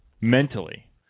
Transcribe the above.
mentally